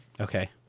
Okay